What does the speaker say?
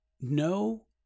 No